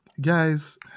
Guys